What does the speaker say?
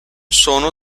sono